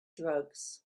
drugs